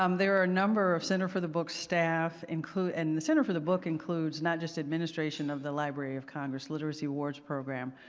um there are a number of center for the books staff inclu and center for the book includes not just administration of the library of congress literacy awards program,